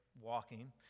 walking